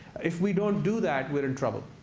if we don't do that, we're in trouble.